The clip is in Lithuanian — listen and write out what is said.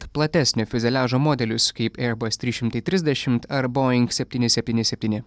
platesnio fiuzeliažo modelius kaip eirbas trys šimtai trisdešimt ar boing septyni septyni septyni